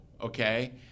okay